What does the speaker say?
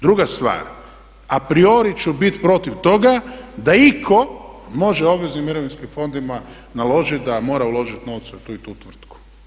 Druga stvar a priori ću biti protiv toga da itko može obveznim mirovinskim fondovima naložiti da moraju uložiti novce u tu i tu tvrtku.